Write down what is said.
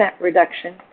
reduction